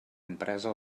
empresa